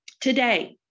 today